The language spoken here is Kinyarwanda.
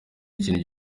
ikintu